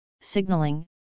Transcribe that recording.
signaling